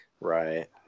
Right